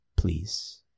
Please